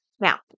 Now